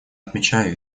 отмечаю